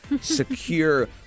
secure